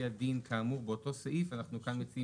כאן בסעיף קטן (א)(4) אנחנו מחדדים שלמעשה מאסדר רשאי